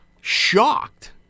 shocked